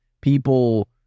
People